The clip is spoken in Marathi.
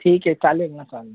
ठीक आहे चालेल ना चालेल